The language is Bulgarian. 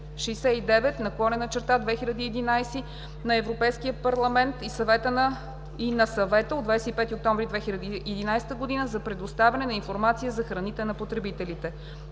(ЕС) № 1169/2011 на Европейския парламент и на Съвета от 25 октомври 2011 г. за предоставянето на информация за храните на потребителите.